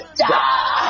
Die